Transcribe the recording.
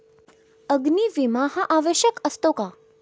अग्नी विमा हा आवश्यक असतो का?